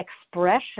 expression